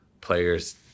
players